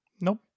Nope